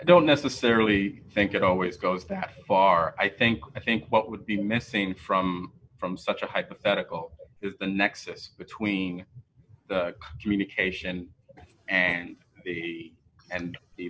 don't necessarily think it always goes that far i think i think what would be missing from from such a hypothetical is the nexus between communication and the and